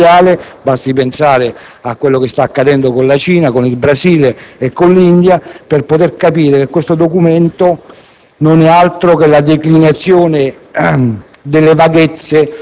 alcuni Paesi industrializzati come trainanti dell'economia mondiale, basti pensare a ciò che sta accadendo con la Cina, con il Brasile e con l'India, per capire che questo Documento